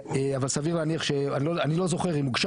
אבל סביר להניח שאני לא אני לא זוכר אם הוגשה